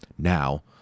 now